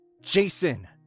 Jason